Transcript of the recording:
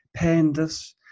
pandas